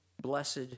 blessed